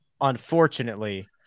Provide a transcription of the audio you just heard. unfortunately